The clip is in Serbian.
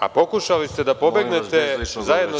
A pokušali ste da pobegnete zajedno sa…